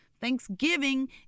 Thanksgiving